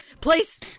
please